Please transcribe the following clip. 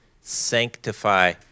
sanctify